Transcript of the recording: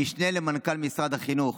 למשנה למנכ"ל משרד החינוך.